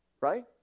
right